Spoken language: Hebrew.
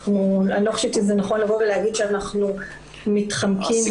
אני לא חושבת שזה נכון לבוא ולהגיד שאנחנו מתחמקים ממשהו,